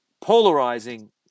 polarizing